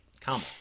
come